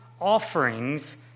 offerings